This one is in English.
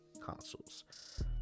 consoles